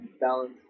balance